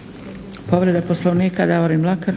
Mlakar. **Mlakar, Davorin (HDZ)**